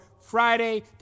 Friday